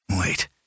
Wait